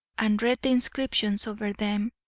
and read the inscriptions over them,